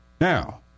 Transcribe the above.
Now